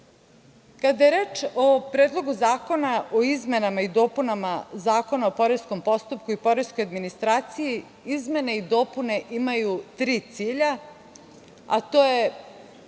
je reč o Predlogu zakona o izmenama i dopunama Zakona o poreskom postupku i poreskoj administraciji izmene i dopune imaju tri cilja, a to je,